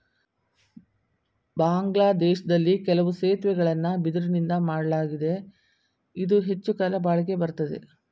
ಬಾಂಗ್ಲಾದೇಶ್ದಲ್ಲಿ ಕೆಲವು ಸೇತುವೆಗಳನ್ನ ಬಿದಿರುನಿಂದಾ ಮಾಡ್ಲಾಗಿದೆ ಇದು ಹೆಚ್ಚುಕಾಲ ಬಾಳಿಕೆ ಬರ್ತದೆ